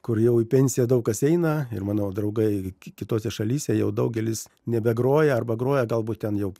kur jau į pensiją daug kas eina ir mano draugai kitose šalyse jau daugelis nebegroja arba groja galbūt ten jau